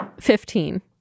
Fifteen